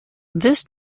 this